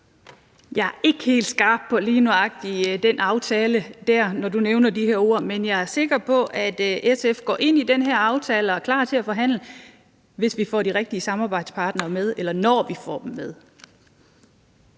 Jeg er ikke helt skarp på lige nøjagtig den aftale dér, når du nævner de her ord, men jeg er sikker på, at SF går ind i den her aftale og er klar til at forhandle, hvis vi får de rigtige samarbejdspartnere med. Eller når vi får dem med.